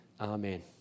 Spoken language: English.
Amen